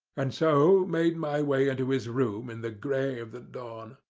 and so made my way into his room in the grey of the dawn.